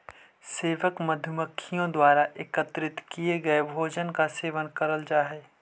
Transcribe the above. सेवक मधुमक्खियों द्वारा एकत्रित किए गए भोजन का सेवन करल जा हई